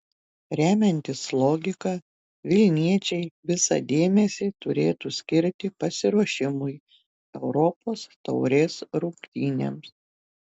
remiantis logika vilniečiai visą dėmesį turėtų skirti pasiruošimui europos taurės rungtynėms